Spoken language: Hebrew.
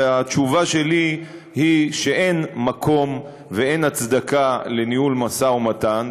והתשובה שלי היא שאין מקום ואין הצדקה לניהול משא ומתן,